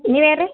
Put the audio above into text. ನೀವು ಯಾರು ರೀ